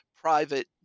private